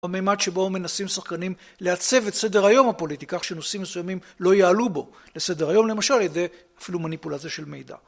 במימד שבו מנסים שחקנים לעצב את סדר היום הפוליטי כך שנושאים מסוימים לא יעלו בו לסדר היום, למשל על ידי אפילו מניפולציה של מידע